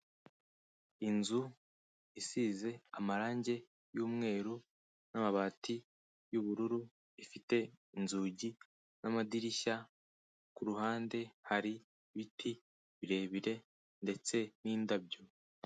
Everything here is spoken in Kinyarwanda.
Inzu isize amarangi y'umweru n'amabati y'ubururu, ifite inzugi n'amadirishya, ku ruhande hari ibiti birebire ndetse n'indabyo.